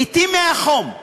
לעתים מהחום.